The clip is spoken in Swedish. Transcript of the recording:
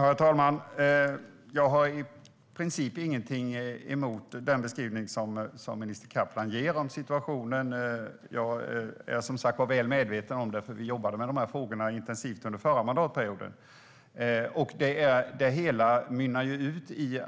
Herr talman! Jag har i princip inget emot den beskrivning som minister Kaplan ger av situationen. Jag är som sagt väl medveten om den, för vi jobbade intensivt med dessa frågor under förra mandatperioden.